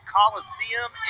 Coliseum